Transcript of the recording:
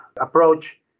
approach